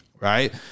right